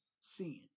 sin